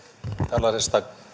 tällaisesta